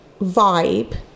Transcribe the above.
vibe